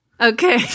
Okay